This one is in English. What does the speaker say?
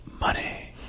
money